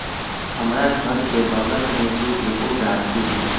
हमरा घर के बगल मे भी एगो गाछी हई